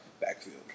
backfield